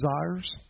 desires